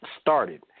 started